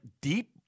deep